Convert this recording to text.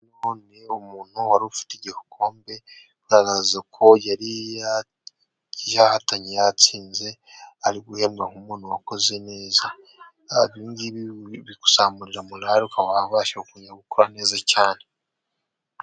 Nabonye muntu wari ufite igikombe ugaragaza ko yari yahatanye yatsinze ari guhembwa nk'umuntu wakoze neza, ibingibi bikuzamurira mulale ukaba abasha gukora neza cyane.